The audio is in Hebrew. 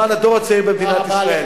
למען הדור הצעיר במדינת ישראל.